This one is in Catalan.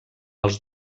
els